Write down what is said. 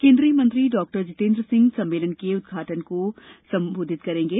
केंद्रीय मंत्री डॉक्टर जितेन्द्र सिंह सम्मेलन के उद्घाटन सत्र को संबोधित करेंगे